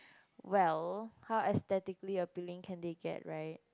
well how aesthetically appealing can they get right